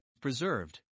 preserved